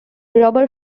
rubber